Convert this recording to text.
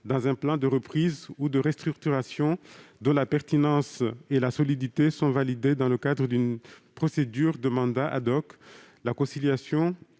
-dans un plan de reprise ou de restructuration dont la pertinence et la solidité sont validées dans le cadre d'une procédure de mandat de conciliation